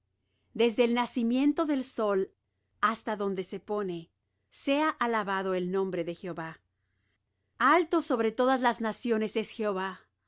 desde el nacimiento del sol hasta donde se pone sea alabado el nombre de jehová alto sobre todas las naciones es jehová